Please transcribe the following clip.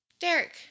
Derek